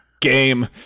Game